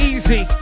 Easy